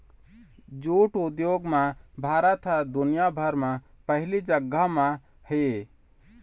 jute उद्योग म भारत ह दुनिया भर म पहिली जघा म हे